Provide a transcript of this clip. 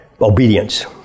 obedience